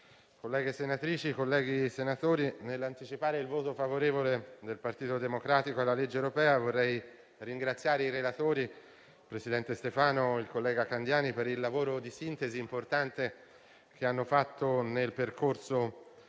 colleghe senatrici, colleghi senatori, nell'anticipare il voto favorevole del Partito Democratico alla legge europea vorrei ringraziare i relatori, il presidente Stefano e il collega Candiani, per il lavoro di sintesi importante che hanno fatto nel percorso del